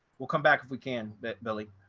we'll come back if we can that belly.